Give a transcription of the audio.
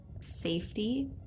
safety